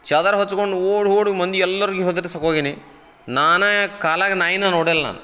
ಚಾದರ ಹೊಚ್ಕೊಂಡು ಓಡೋಡಿ ಮಂದಿ ಎಲ್ಲರಿಗೂ ಹೆದರಸೋಕೆ ಹೋಗಿನಿ ನಾನಾ ಕಾಲಾಗ ನಾಯಿನ ನೋಡಿಲ್ಲ ನಾನು